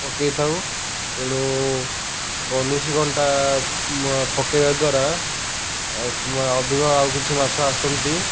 ପକାଇଥାଉ ତେଣୁ ବନିଶି କଣ୍ଟା ପକାଇବା ଦ୍ୱାରା ଆ ତୁମ ଅଧିକ ଆଉ କିଛି ମାଛ ଆସନ୍ତି